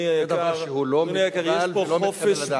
זה דבר שהוא לא מקובל ולא מתקבל על הדעת.